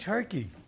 Turkey